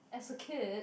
as a kid